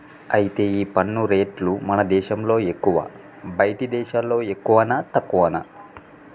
అయితే ఈ పన్ను రేట్లు మన దేశంలో ఎక్కువా బయటి దేశాల్లో ఎక్కువనా తక్కువనా